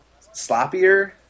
sloppier